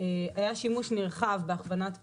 היה שימוש נרחב ב"הכוונת פעולה".